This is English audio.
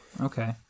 Okay